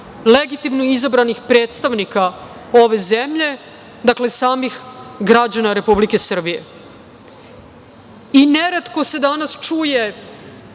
legitimno izabranih predstavnika ove zemlje, dakle, samih građana Republike Srbije. Neretko se danas čuje